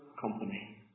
company